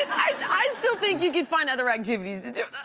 i still think you could find other activities to do.